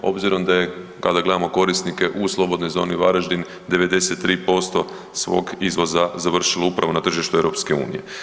Obzirom da je kada gledamo korisnike u Slobodnoj zoni Varaždin 93% svog izvoza završilo upravo na tržištu EU.